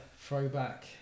throwback